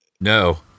No